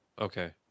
Okay